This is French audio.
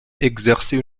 exerçait